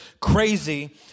crazy